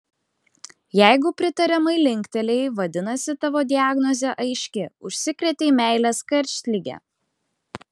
jeigu pritariamai linktelėjai vadinasi tavo diagnozė aiški užsikrėtei meilės karštlige